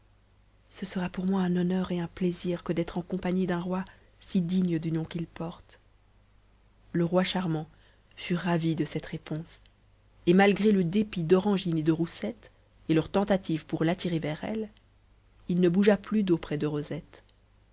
ce sera pour moi un honneur et un plaisir que d'être en compagnie d'un roi si digne du nom qu'il porte le roi charmant fut ravi de cette réponse et malgré le dépit d'orangine et de roussette et leurs tentatives pour l'attirer vers elles il ne bougea plus d'auprès de rosette